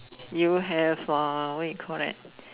you have uh what you call that